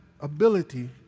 ability